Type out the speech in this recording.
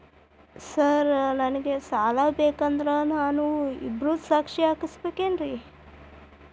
Sir ನನಗೆ ಸಾಲ ಬೇಕಂದ್ರೆ ನಾನು ಇಬ್ಬರದು ಸಾಕ್ಷಿ ಹಾಕಸಬೇಕೇನ್ರಿ?